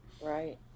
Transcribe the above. right